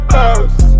house